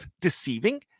deceiving